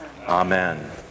Amen